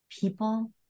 people